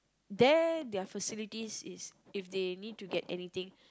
there their facilities is if they need to get anything